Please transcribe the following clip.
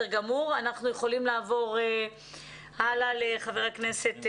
אנחנו יכולים לעבור הלאה לחבר הכנסת